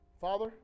Father